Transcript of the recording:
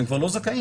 והם כבר לא זכאים.